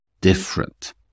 different